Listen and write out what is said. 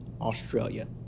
Australia